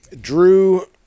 Drew